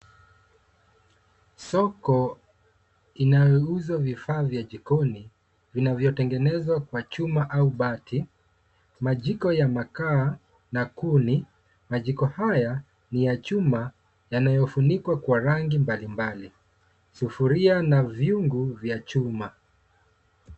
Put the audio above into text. Soko inayouzwa vifaa vya jikoni vinavyotengenezwa kwa chuma au bati, majiko ya makaa na kuni. Majiko haya ni ya chuma yanayofunikwa kwa rangi mbalimbali. Sufuria na vyungu vya chuma.